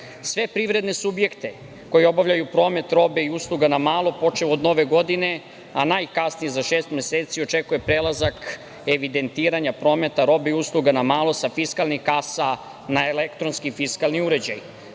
privredne subjekte koji obavljaju promet robe i usluga na malo, počev od Nove godine, a najkasnije za šest meseci, očekuje prelazak evidentiranja prometa robe i usluga na malo sa fiskalnih kasa na elektronski fiskalni uređaj.